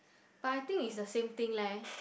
but I think is the same thing leh